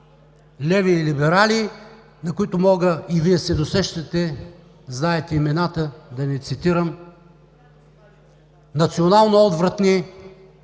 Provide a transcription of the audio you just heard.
леви или либерали, за които Вие се досещате – знаете имената, да не цитирам –националноотвратни